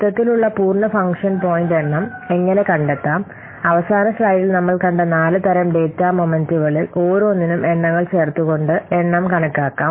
മൊത്തത്തിലുള്ള പൂർണ്ണ function point എണ്ണം എങ്ങനെ കണ്ടെത്താം അവസാന സ്ലൈഡിൽ നമ്മൾ കണ്ട 4 തരം ഡാറ്റാ മൊമെന്റുകളിൽ ഓരോന്നിനും എണ്ണങ്ങൾ ചേർത്തുകൊണ്ട് എണ്ണം കണക്കാക്കാം